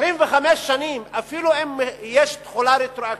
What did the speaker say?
25 שנים, אפילו אם יש תחולה רטרואקטיבית,